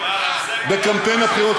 בקמפיין הבחירות,